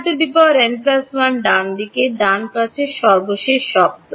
αn 1 ডানদিকে ডান পাশে সর্বশেষ শব্দ